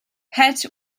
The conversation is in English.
pett